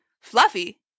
Fluffy